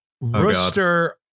Rooster